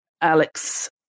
Alex